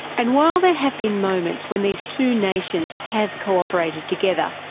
and while there have been moments when these two nations have cooperated together,